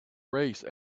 race